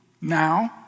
now